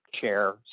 chair